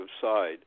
side